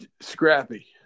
Scrappy